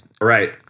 right